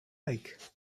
like